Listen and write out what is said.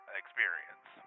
experience